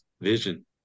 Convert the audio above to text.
vision